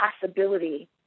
possibility